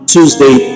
Tuesday